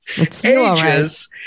ages